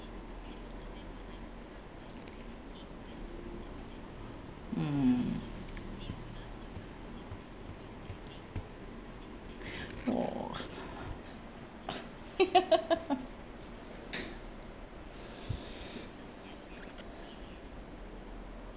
mm oh